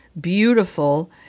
beautiful